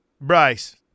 Bryce